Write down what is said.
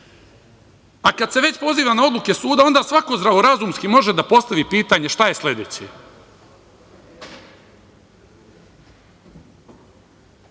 se već poziva na odluke suda, onda svako zdravorazumski može da postavi pitanje – šta je sledeće?